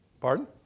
Pardon